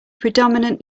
predominant